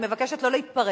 אני מבקשת לא להתפרץ.